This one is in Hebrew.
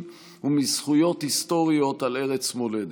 ומזכויות היסטוריות על ארץ מולדת.